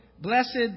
Blessed